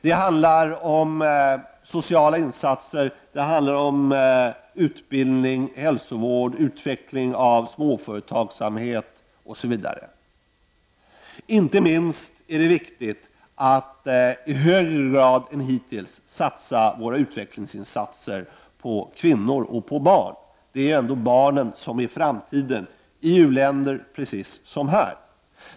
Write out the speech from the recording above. Det handlar om sociala insatser, om utbildning, hälsovård och utveckling av småföretagssamhet osv. Inte minst är det viktigt att i högre grad än hittills satsa kvinnors och barns utveckling — det är ändå barnen som är framtiden i u-länderna liksom här.